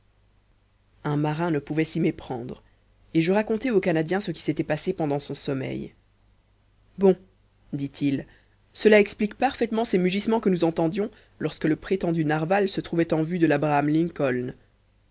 un marin ne pouvait s'y méprendre et je racontai au canadien ce qui s'était passé pendant son sommeil bon dit-il cela explique parfaitement ces mugissements que nous entendions lorsque le prétendu narwal se trouvait en vue de